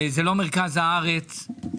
שזה לא מרכז הארץ,